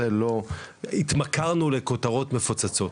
התמכרנו לכותרות מפוצצות.